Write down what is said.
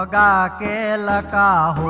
da like da